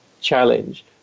challenge